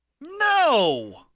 No